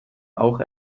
auch